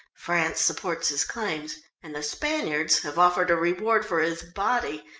france supports his claims, and the spaniards have offered a reward for his body,